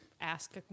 Ask